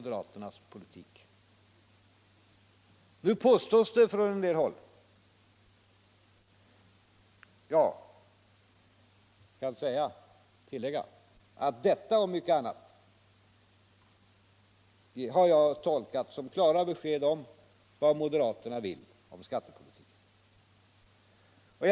Detta och mycket annat har jag tolkat som klara besked om vad moderaterna vill åstadkomma inom skattepolitiken.